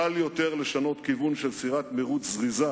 קל יותר לשנות כיוון של סירת מירוץ זריזה